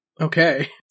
Okay